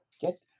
Get